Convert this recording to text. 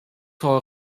frau